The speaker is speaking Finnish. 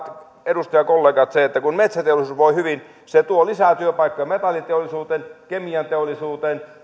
edustajakollegat se että kun metsäteollisuus voi hyvin se tuo lisää työpaikkoja metalliteollisuuteen kemianteollisuuteen